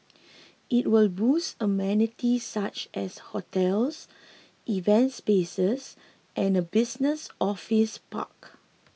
it will boast amenities such as hotels events spaces and a business office park